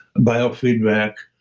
biofeedback,